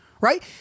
right